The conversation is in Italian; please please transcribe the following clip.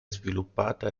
sviluppata